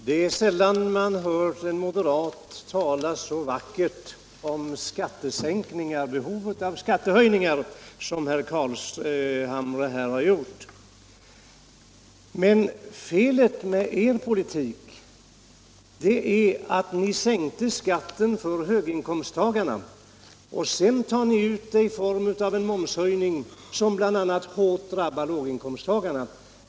Herr talman! Det är sällan man hört en moderat tala så vackert om behovet av skattehöjningar som herr Carlshamre här har gjort. Men felet med er politik är att ni sänkte skatten för höginkomsttagarna och kompenserar detta genom en momshöjning, som bl.a. hårt drabbar låginkomsttagarna.